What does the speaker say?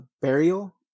burial